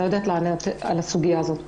אני לא יודעת לענות על הסוגיה הזאת.